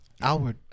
Alward